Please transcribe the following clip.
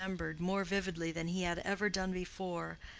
and remembered, more vividly than he had ever done before,